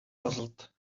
puzzled